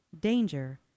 Danger